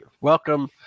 welcome